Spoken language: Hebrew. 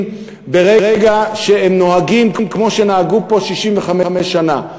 ברגע שהם נוהגים כמו שנהגו פה 65 שנה,